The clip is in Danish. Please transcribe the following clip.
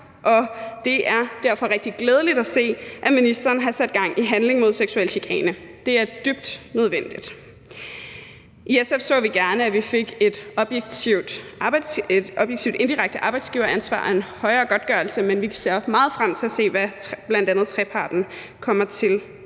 og det er derfor rigtig glædeligt at se, at ministeren har sat gang i handling mod seksuel chikane. Det er dybt nødvendigt. I SF så vi gerne, at vi fik et objektivt indirekte arbejdsgiveransvar og en højere godtgørelse, men vi ser også meget frem til at se, hvad bl.a. treparten kommer til